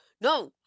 no